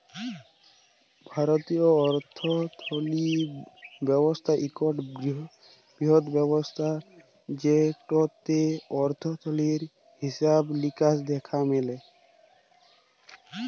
ভারতীয় অথ্থলিতি ব্যবস্থা ইকট বিরহত্তম ব্যবস্থা যেটতে অথ্থলিতির হিছাব লিকাস দ্যাখা ম্যালে